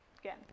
Again